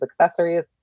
accessories